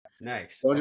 Nice